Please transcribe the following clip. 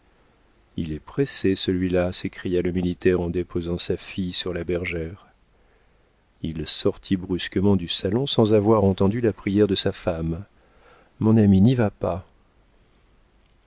il est pressé celui-là s'écria le militaire en déposant sa fille sur la bergère il sortit brusquement du salon sans avoir entendu la prière de sa femme mon ami n'y va pas